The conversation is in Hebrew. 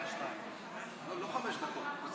אז